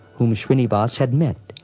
whom shrinivas had met,